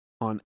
on